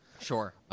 Sure